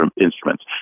instruments